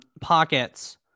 pockets